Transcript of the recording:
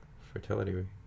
fertility